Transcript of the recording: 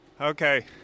Okay